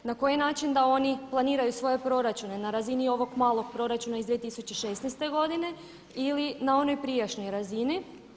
Na koji način da oni planiraju svoje proračune, na razini ovog malog proračuna iz 2016. godine ili na onoj prijašnjoj razini?